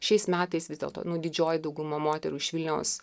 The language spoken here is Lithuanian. šiais metais vis dėlto nu didžioji dauguma moterų iš vilniaus